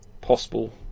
possible